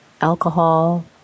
alcohol